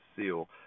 seal